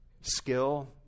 skill